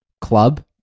club